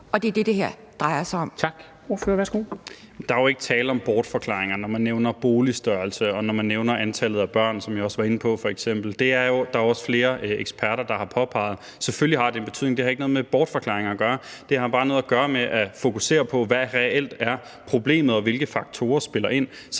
Der er jo ikke tale om bortforklaringer, når man nævner boligstørrelse, og når man nævner antallet af børn, som jeg også var inde på. Det er der også flere eksperter der har påpeget. Selvfølgelig har det en betydning. Det har ikke noget med bortforklaringer at gøre. Det har bare noget at gøre med at fokusere på, hvad der reelt er problemet, og hvilke faktorer der spiller ind.